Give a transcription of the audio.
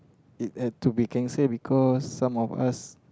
it had to be cancel because some of us